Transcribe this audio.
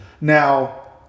Now